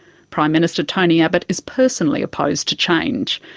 prime minister tony abbott is personally opposed to change,